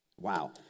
Wow